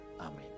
Amen